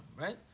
right